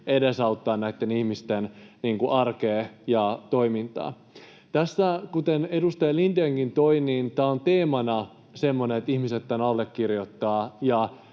edesauttamaan näitten ihmisten arkea ja toimintaa. Kuten edustaja Lindénkin toi, tämä on teemana semmoinen, että ihmiset tämän allekirjoittavat